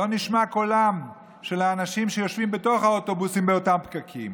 לא נשמע קולם של האנשים שיושבים בתוך האוטובוסים באותם פקקים